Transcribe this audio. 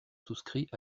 souscrit